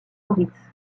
moritz